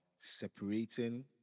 separating